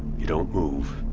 you don't move.